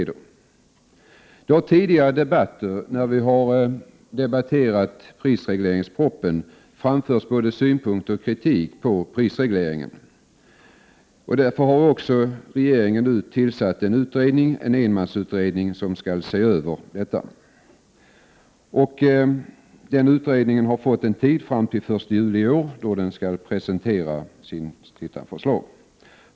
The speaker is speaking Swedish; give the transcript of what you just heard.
Det har vid tidigare debatter när propositionen om prisregleringen har debatterats framförts både synpunkter och kritik på prisregleringen. Till följd av detta har regeringen tillsatt en enmansutredning, som skall se över regleringen. Utredningen skall presentera sitt förslag den 1 juli i år.